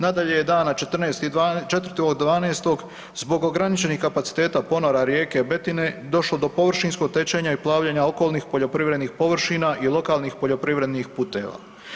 Nadalje je dana 4.12. zbog ograničenih kapaciteta ponora rijeke Betine došlo do površinskog tečenja i plavljenja okolnih poljoprivrednih površina i lokalnih poljoprivrednih puteva.